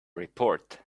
report